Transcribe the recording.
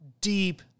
Deep